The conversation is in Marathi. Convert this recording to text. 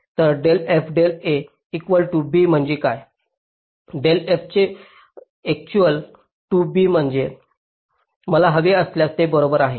तर del f del a equal to b म्हणजे काय del f del equal to b म्हणजे मला हवे असल्यास ते बरोबर आहे